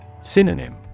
Synonym